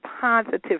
positive